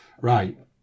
Right